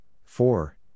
four